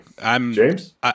James